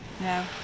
no